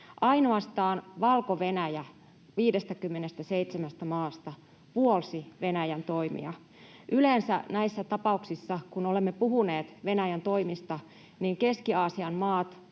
Ainoastaan Valko-Venäjä 57 maasta puolsi Venäjän toimia. Yleensä näissä tapauksissa, kun olemme puhuneet Venäjän toimista, Keski-Aasian maat,